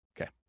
okay